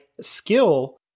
skill